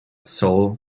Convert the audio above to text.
soul